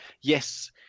yes